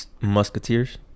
musketeers